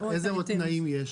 איזה עוד תנאים יש?